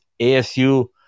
ASU